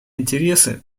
интересы